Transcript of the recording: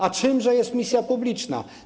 A czymże jest misja publiczna?